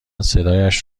صدایش